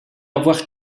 avoir